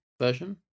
version